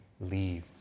leave